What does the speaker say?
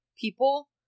people